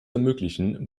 ermöglichen